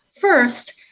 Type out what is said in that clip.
First